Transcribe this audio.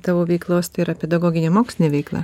tavo veiklos tai yra pedagoginė mokslinė veikla